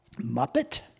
Muppet